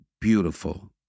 beautiful